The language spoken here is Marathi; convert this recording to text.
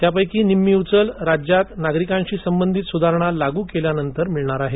त्यापैकी निम्मी उचल राज्यात नागरिकांशी संबंधित सुधारणा लागू केल्यानंतर मिळणार आहे